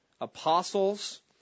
apostles